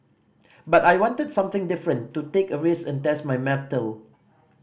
but I wanted something different to take a risk and test my mettle